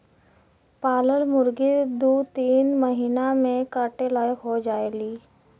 पालल मुरगी दू तीन महिना में काटे लायक हो जायेली